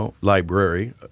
library